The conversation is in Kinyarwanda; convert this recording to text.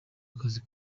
akazi